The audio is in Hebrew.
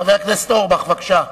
חבר הכנסת אורבך, בבקשה.